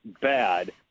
bad